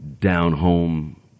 down-home